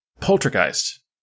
Poltergeist